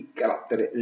carattere